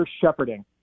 shepherding